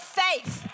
faith